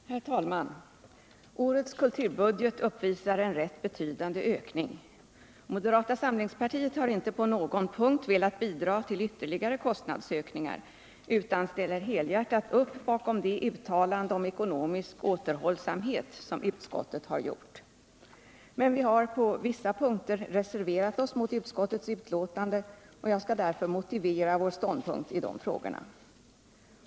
Herr talman! Årets kulturbudget uppvisar en rätt betydande ökning. Moderata samlingspartiet har inte på någon punkt velat bidra till ytterligare kostnadsökningar, utan vi ställer oss helhjärtat bakom det uttalande om ekonomisk återhållsamhet som utskottet har gjort. Men vi har på vissa punkter reserverat oss mot utskottets betänkande, och jag skall därför motivera vår ståndpunkt i dessa frågor.